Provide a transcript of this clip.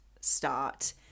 start